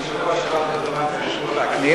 אני ביקשתי שבוע שעבר אותו דבר מהיושב-ראש וקנין,